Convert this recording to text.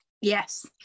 Yes